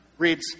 reads